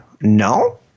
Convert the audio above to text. No